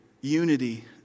Unity